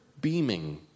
beaming